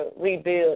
rebuild